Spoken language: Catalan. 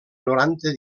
noranta